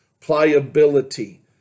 pliability